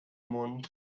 mund